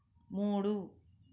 మూడు